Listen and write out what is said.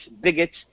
bigots